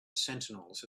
sentinels